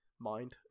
mind